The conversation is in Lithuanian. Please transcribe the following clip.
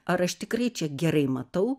ar aš tikrai čia gerai matau